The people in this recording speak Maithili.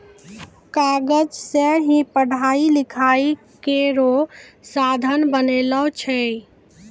कागज सें ही पढ़ाई लिखाई केरो साधन बनलो छै